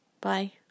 Bye